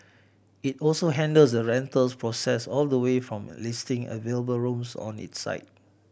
it also handles the rentals process all the way from listing available rooms on its site